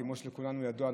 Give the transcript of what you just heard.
כמו שלכולנו ידוע,